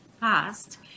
past